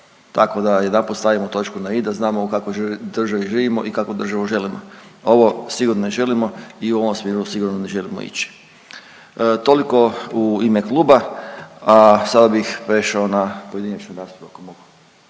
Tako da jedanput stavimo točku na i, da znamo u kakvoj državi živimo i kakvu državu želimo. Ovo sigurno ne želimo i u ovom smjeru sigurno ne želimo ići. Toliko u ime kluba, a sada bih prešao na pojedinačnu raspravu ako mogu.